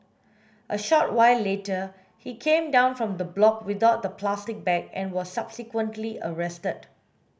a short while later he came down from the block without the plastic bag and was subsequently arrested